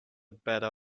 better